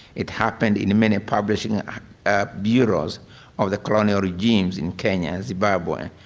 it happened in many publishing bureaus of the colonial regimes in kenya, zimbabwe,